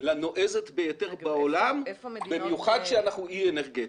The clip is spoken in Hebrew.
לנועזת ביותר בעולם במיוחד שאנחנו אי אנרגטי.